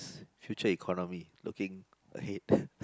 future economy looking ahead